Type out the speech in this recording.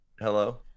Hello